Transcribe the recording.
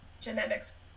genetics